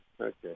Okay